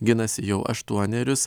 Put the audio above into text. ginasi jau aštuonerius